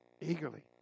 Eagerly